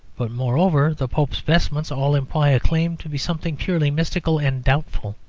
but, moreover, the pope's vestments all imply a claim to be something purely mystical and doubtful.